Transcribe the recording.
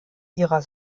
ihrer